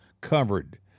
covered